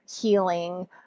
healing